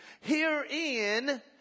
Herein